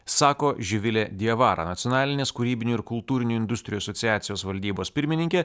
sako živilė diavara nacionalinės kūrybinių ir kultūrinių industrijų asociacijos valdybos pirmininkė